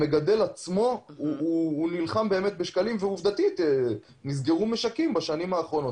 המגדל עצמו נלחם על שקלים ועובדתית נסגרו משקים בשנים האחרונות.